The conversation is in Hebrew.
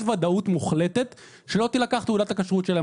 ודאות מוחלטת שלא תילקח תעודת הכשרות שלהם?